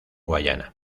guayana